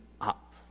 up